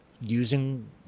using